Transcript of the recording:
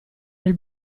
nel